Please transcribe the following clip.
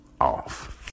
off